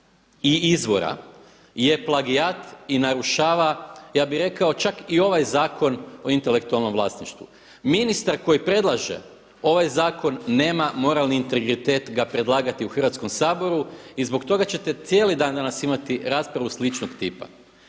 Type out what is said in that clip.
i izvora je plagijat i narušava, ja bih rekao čak i ovaj Zakon o intelektualnom vlasništvu. Ministar koji predlaže ovaj zakon nema moralni integritet ga predlagati u Hrvatskom saboru i zbog toga ćete cijeli dan danas imati raspravu sličnog tipa.